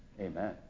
Amen